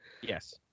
Yes